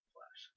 Flash